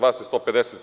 Vas je 150.